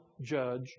judge